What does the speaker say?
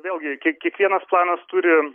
vėlgi kiekvienas planas turi